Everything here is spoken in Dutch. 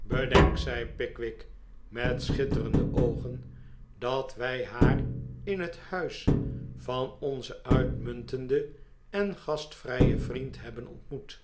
bedenk zei pickwick met schitterende oogen dat wij haar in het huis van onzen uitmuntenden en gastvrijen vriend hebben ontmoet